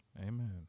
Amen